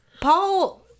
paul